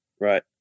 Right